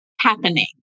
happening